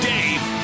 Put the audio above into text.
Dave